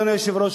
אדוני היושב-ראש,